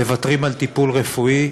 מוותרים על טיפול רפואי